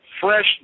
fresh